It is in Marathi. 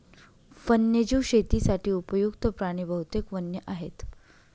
वन्यजीव शेतीसाठी उपयुक्त्त प्राणी बहुतेक वन्य आहेत